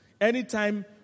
Anytime